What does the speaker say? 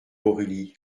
aurélie